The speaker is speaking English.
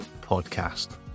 podcast